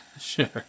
Sure